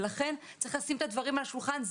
לכן, צריך לשים את הדברים על השולחן.